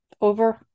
Over